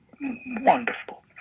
wonderful